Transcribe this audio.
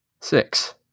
six